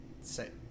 say